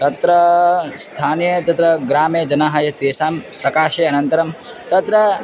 तत्र स्थानीय तत्र ग्रामे जनाः यत् तेषां सकाशे अनन्तरं तत्र